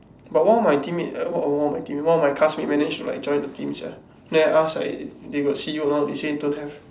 but one of my teammate err one of my teammate one of my classmate managed to like join the team sia then I ask like they got see you or not they say don't have